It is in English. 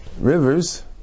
rivers